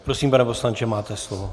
Prosím, pane poslanče, máte slovo.